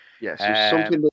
Yes